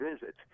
visit